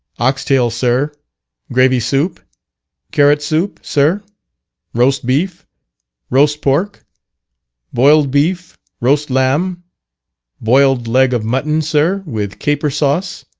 ox tail, sir gravy soup carrot soup, sir roast beef roast pork boiled beef roast lamb boiled leg of mutton, sir, with caper sauce